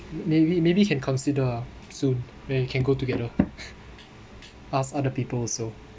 maybe maybe can consider soon then we can go together ask other people also